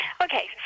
Okay